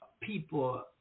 people